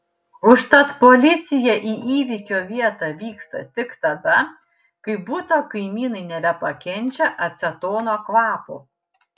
užtat policija į įvykio vietą vyksta tik tada kai buto kaimynai nebepakenčia acetono kvapo